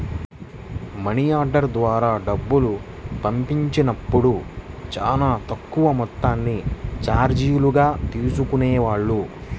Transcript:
money order ద్వారా డబ్బులు పంపించినప్పుడు చానా తక్కువ మొత్తాన్ని చార్జీలుగా తీసుకునేవాళ్ళు